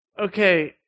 okay